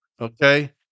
Okay